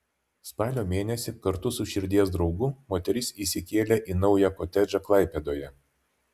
spalio mėnesį kartu su širdies draugu moteris įsikėlė į naują kotedžą klaipėdoje